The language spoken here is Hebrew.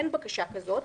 אין בקשה כזאת.